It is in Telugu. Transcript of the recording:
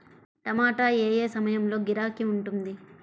టమాటా ఏ ఏ సమయంలో గిరాకీ ఉంటుంది?